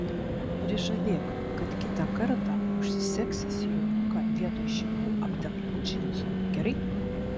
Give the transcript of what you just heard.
prižadėk kad kitą kartą užsisegsi sijonuką vietoj šitų aptemptų džinsų gerai